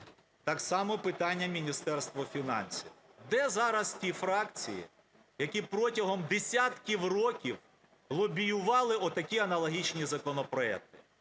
Так само питання Міністерства фінансів. Де зараз ті фракції, які протягом десятків років лобіювали такі аналогічні законопроекти?